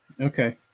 Okay